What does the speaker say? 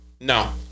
No